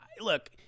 look